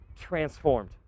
transformed